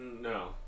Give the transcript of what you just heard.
No